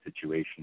situation